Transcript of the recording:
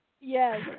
Yes